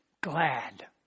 glad